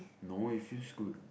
no it feels good